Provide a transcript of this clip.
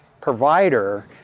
provider